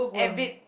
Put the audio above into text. avid